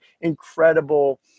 incredible